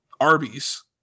Arby's